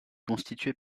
constituée